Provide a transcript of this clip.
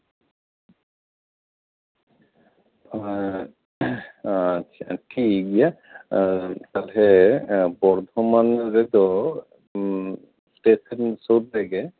ᱟᱪᱪᱷᱟ ᱴᱷᱤᱠᱜᱮᱭᱟ ᱛᱟᱞᱦᱮ ᱵᱚᱨᱫᱷᱚᱢᱟᱱ ᱨᱮᱫᱚ ᱮᱥᱴᱮᱥᱚᱱ ᱥᱩᱨ ᱨᱮᱜᱮ